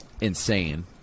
insane